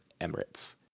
Emirates